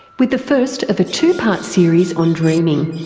with the first of a two-part series on dreaming.